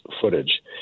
footage